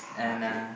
okay